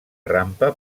rampa